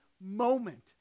moment